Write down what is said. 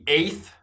eighth